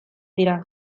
dira